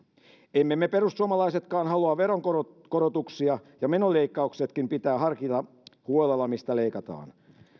emme me perussuomalaisetkaan halua veronkorotuksia ja menoleikkauksissakin pitää harkita huolella mistä leikataan